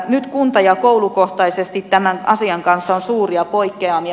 nyt kunta ja koulukohtaisesti tämän asian kanssa on suuria poikkeamia